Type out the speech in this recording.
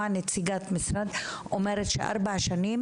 לשמוע נציגת משרד שאומרת שבמשך ארבע שנים